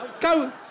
go